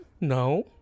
no